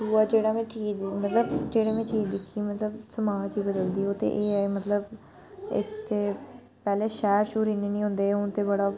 दूआ जेह्ड़ा मे चीज मतलब जेह्ड़ी में चीज दिक्खी मतलब समाज च बदलदी ओह् ते एह् ऐ मतलब इक ते पैह्ले शैह्र शुह्र इन्ने नेईं होंदे हे हून ते बड़ा